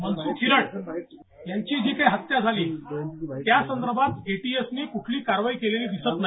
मनसुख हिरेन यांची जी काही हत्या झाली त्यासंदर्भात ए टी एस नी कूठली कारवाई केलेली दिसत नाही